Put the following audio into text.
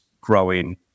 growing